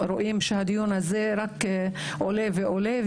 רואים שהדיון הזה רק עולה ועולה,